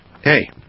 Hey